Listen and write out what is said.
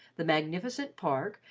the magnificent park,